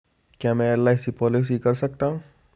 क्या मैं LIC policy कर सकता हूं?